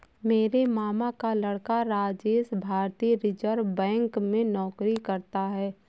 मेरे मामा का लड़का राजेश भारतीय रिजर्व बैंक में नौकरी करता है